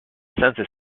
census